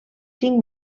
cinc